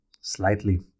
slightly